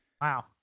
Wow